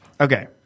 Okay